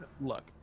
Look